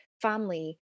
family